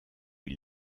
lui